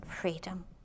freedom